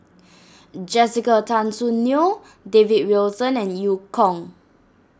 Jessica Tan Soon Neo David Wilson and Eu Kong